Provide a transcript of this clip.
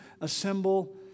assemble